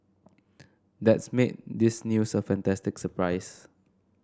that's made this news a fantastic surprise